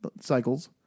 cycles